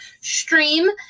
stream